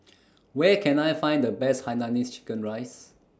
Where Can I Find The Best Hainanese Chicken Rice